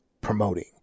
promoting